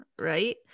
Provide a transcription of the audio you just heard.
Right